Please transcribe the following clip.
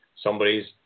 Somebody's